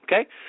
Okay